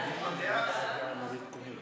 ועדת החוץ,